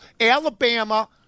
Alabama